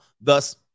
thus